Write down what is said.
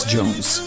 Jones